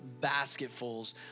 basketfuls